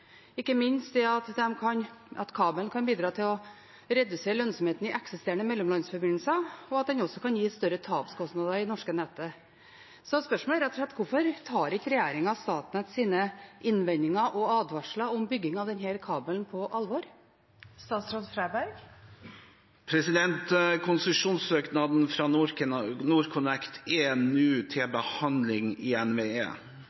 at kabelen kan bidra til å redusere lønnsomheten i eksisterende mellomlandsforbindelser, og at den kan gi større tapskostnader i det norske nettet. Spørsmålet er rett og slett: Hvorfor tar ikke regjeringen Statnetts innvendinger og advarsler om byggingen av denne kabelen på alvor? Konsesjonssøknaden fra NorthConnect er nå til